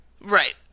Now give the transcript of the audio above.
Right